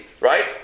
right